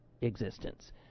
existence